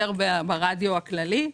יותר ברדיו הכללי?